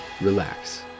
relax